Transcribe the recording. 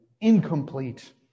incomplete